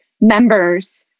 members